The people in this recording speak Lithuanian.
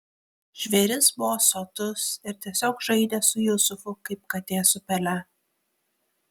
žvėris buvo sotus ir tiesiog žaidė su jusufu kaip katė su pele